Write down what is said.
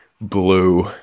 blue